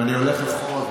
אם אני הולך אחורה,